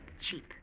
cheap